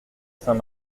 saint